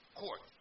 court